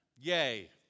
Yay